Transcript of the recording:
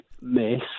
miss